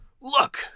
Look